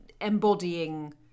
embodying